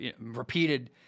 repeated